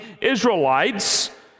Israelites